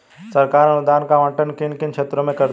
सरकार अनुदान का आवंटन किन किन क्षेत्रों में करती है?